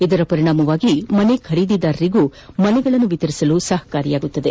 ಇದರ ಪರಿಣಾಮವಾಗಿ ಮನೆ ಖರೀದಿದಾರರಿಗೆ ಮನೆಗಳನ್ನು ವಿತರಿಸಲು ಸಹಕಾರಿಯಾಗಲಿದೆ